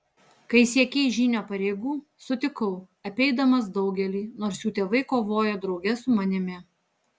kai siekei žynio pareigų sutikau apeidamas daugelį nors jų tėvai kovojo drauge su manimi